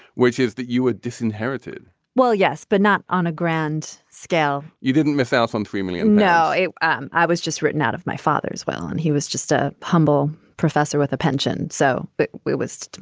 which is that you were disinherited well, yes, but not on a grand scale. you didn't miss out on three million? no, um i was just written out of my father as well. and he was just a humble professor with a pension. so but where was